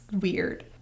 weird